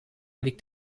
liegt